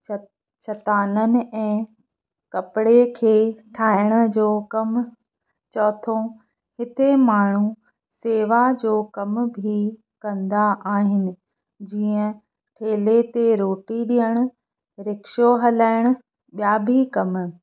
श शतान ऐं कपिड़े खे ठाहिण जो कम चौथों हिते माण्हू शेवा जो कम बि कंदा आहिनि जीअं ठेले ते रोटी ॾियण रिक्शो हलाएण ॿिया बि कम